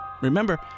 Remember